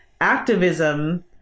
activism